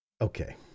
okay